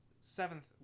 seventh